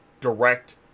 direct